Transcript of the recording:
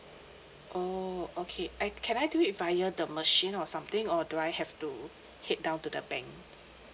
orh okay I can I do it via the machine or something or do I have to head down to the bank